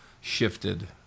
shifted